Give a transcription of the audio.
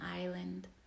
island